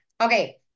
okay